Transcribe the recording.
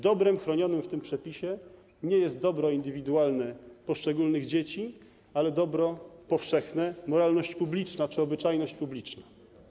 Dobrem chronionym w tym przepisie nie jest dobro indywidualne poszczególnych dzieci, ale dobro powszechne, moralność publiczna czy obyczajność publiczna.